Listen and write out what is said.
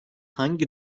hangi